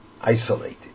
isolated